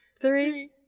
three